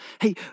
Hey